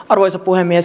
arvoisa puhemies